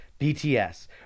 BTS